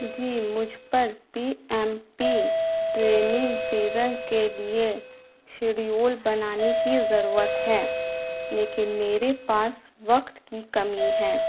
جی مجھ پر P M P training season کے لیے شیڈیول بنانے کی ضرورت ہے لیکن میرے پاس وقت کی کمی ہے